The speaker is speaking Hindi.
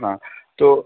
हाँ तो